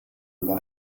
über